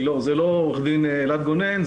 זה לא עורך דין אלעד גונן.